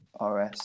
RS